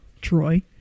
Troy